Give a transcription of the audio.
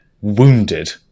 wounded